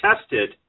tested